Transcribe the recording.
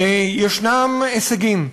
יש הישגים.